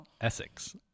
Essex